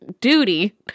duty